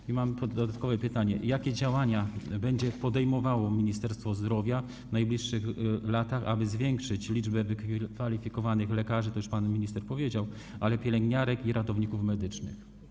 I mam dodatkowe pytanie: Jakie działania będzie podejmowało Ministerstwo Zdrowia w najbliższych latach, aby zwiększyć liczbę wykwalifikowanych nie tylko lekarzy - to już pan minister powiedział - lecz także pielęgniarek i ratowników medycznych?